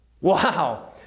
Wow